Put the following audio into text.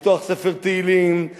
לפתוח ספר תהילים,